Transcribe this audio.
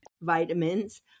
vitamins